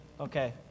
Okay